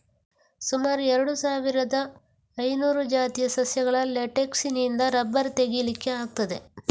ಸುಮಾರು ಎರಡು ಸಾವಿರದ ಐನೂರು ಜಾತಿಯ ಸಸ್ಯಗಳ ಲೇಟೆಕ್ಸಿನಿಂದ ರಬ್ಬರ್ ತೆಗೀಲಿಕ್ಕೆ ಆಗ್ತದೆ